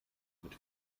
mit